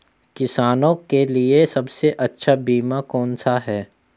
किसानों के लिए सबसे अच्छा बीमा कौन सा है?